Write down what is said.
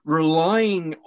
relying